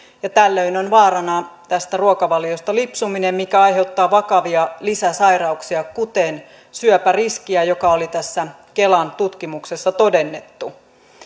ja tällöin on vaarana tästä ruokavaliosta lipsuminen mikä aiheuttaa vakavia lisäsairauksia kuten syöpäriskiä joka oli tässä kelan tutkimuksessa todennettu